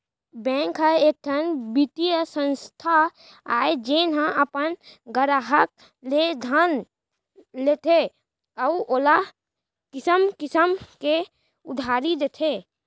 bank ह एकठन बित्तीय संस्था आय जेन ह अपन गराहक ले धन लेथे अउ ओला किसम किसम के उधारी देथे